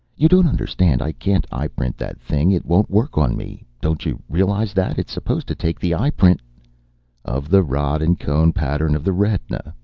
you don't understand. i can't eyeprint that thing. it won't work on me. don't you realize that? it's supposed to take the eyeprint of the rod-and-cone pattern of the retina,